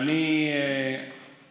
אנחנו